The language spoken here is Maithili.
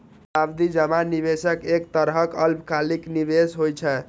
सावधि जमा निवेशक एक तरहक अल्पकालिक निवेश होइ छै